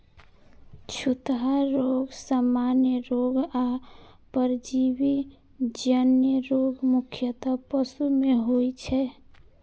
छूतहा रोग, सामान्य रोग आ परजीवी जन्य रोग मुख्यतः पशु मे होइ छै